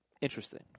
Interesting